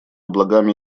благами